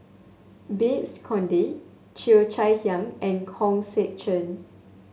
Babes Conde Cheo Chai Hiang and Hong Sek Chern